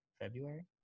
February